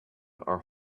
are